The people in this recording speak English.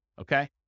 Okay